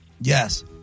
Yes